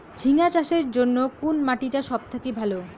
ঝিঙ্গা চাষের জইন্যে কুন মাটি টা সব থাকি ভালো?